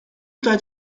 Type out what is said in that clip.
tijd